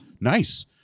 Nice